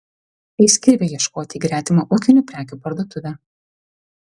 eis kirvio ieškoti į gretimą ūkinių prekių parduotuvę